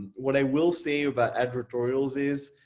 what i will say about advertorials is,